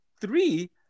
three